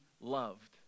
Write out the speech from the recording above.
loved